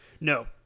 No